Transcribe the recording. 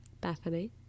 Bethany